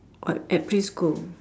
what at preschool go